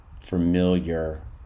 familiar